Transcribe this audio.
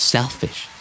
Selfish